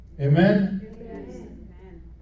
amen